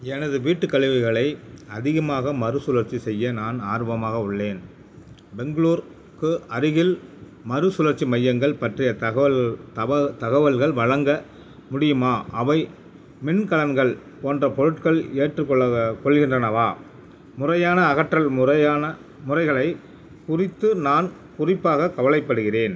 எனது வீட்டு கழிவுகளை அதிகமாக மறுசுழற்சி செய்ய நான் ஆர்வமாக உள்ளேன் பெங்களூர்க்கு அருகில் மறுசுழற்சி மையங்கள் பற்றிய தகவல்கள் தவ தகவல்கள் வழங்க முடியுமா அவை மின்கலன்கள் போன்ற பொருட்கள் ஏற்றுக்கொள்ள கொள்கின்றனவா முறையான அகற்றல் முறையான முறைகளை குறித்து நான் குறிப்பாக கவலைப்படுகிறேன்